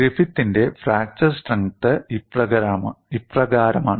ഗ്രിഫിത്തിന്റെ fracture strength ഇപ്രകാരമാണ്